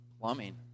plumbing